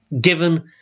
given